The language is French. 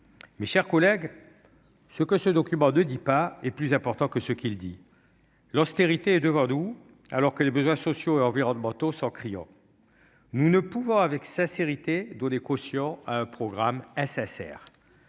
Mes chers collègues, ce que ce document ne dit pas est plus important que ce qu'il dit : l'austérité est devant nous, alors que les besoins sociaux et environnementaux sont criants. Nous ne pouvons avec sincérité donner caution à ce programme insincère.